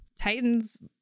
Titans